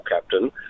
captain